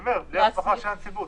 אני אומר, בלי הסמכה של הנציבות.